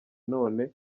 none